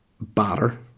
batter